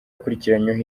akurikiranyweho